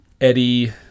Eddie